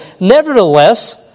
Nevertheless